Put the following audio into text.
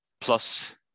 Plus